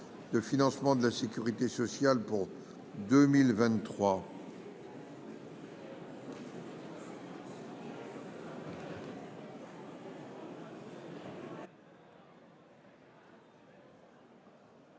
de financement de la sécurité sociale pour 2023.